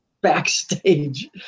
backstage